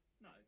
No